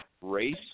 race